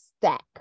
Stack